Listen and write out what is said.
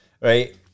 Right